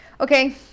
Okay